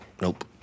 Nope